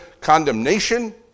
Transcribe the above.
condemnation